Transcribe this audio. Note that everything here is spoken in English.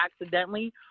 accidentally